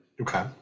Okay